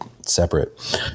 separate